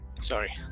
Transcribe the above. sorry